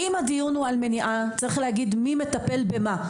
אם הדיון הוא על מניעה אז צריך להגיד מי מטפל במה.